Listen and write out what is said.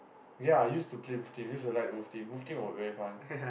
okay lah I use to play WolfTeam use to like WolfTeam WolfTeam was very fun